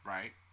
Right